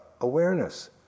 awareness